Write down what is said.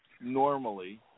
normally